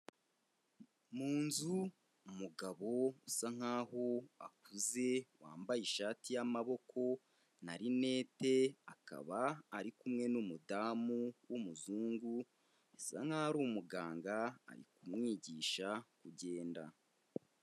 Mu nzu, umugabo usa nkaho akuze, wambaye ishati y'amaboko na linete, akaba ari kumwe n'umudamu w'umuzungu, bisa nkaho ari umuganga, ari kumwigisha kugenda.